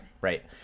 Right